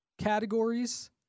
categories